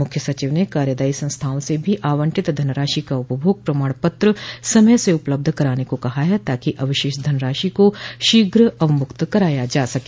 मुख्य सचिव ने कार्यदायी संस्थाओं से भी आवंटित धनराशि का उपभोग प्रमाण पत्र समय से उपलब्ध कराने को कहा है ताकि अवशेष धनराशि को शीघ्र अवमुक्त कराया जा सके